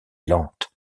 lente